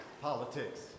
politics